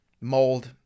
mold